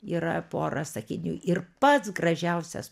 yra pora sakinių ir pats gražiausias